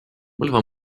põlva